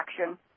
action